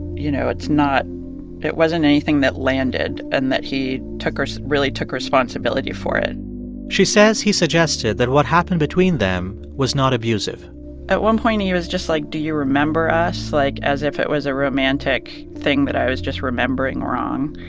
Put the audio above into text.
you know, it's not it wasn't anything that landed and that he took really took responsibility for it she says he suggested that what happened between them was not abusive at one point, he he was just like, do you remember us, like, as if it was a romantic thing that i was just remembering wrong,